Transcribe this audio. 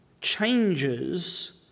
changes